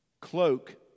cloak